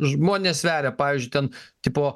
žmonės sveria pavyzdžiui ten tipo